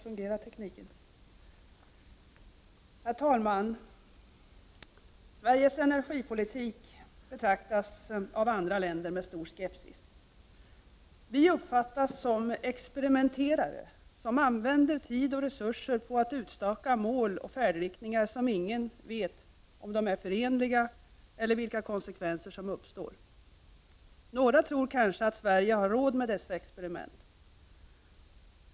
Herr talman! Sveriges energipolitik betraktas av andra länder med stor skepsis. Vi uppfattas som experimenterare, som använder tid och resurser på att utstaka mål och färdriktningar som ingen vet om de är förenliga eller vilka konsekvenser som uppstår. Några tror kanske att Sverige har råd med dessa experiment.